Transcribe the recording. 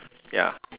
ya